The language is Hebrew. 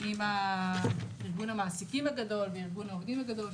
עם ארגון המעסיקים הגדול וארגון העובדים הגדול,